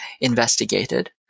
investigated